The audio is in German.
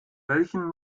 welchen